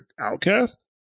outcast